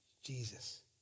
Jesus